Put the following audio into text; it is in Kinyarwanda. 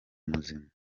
muzima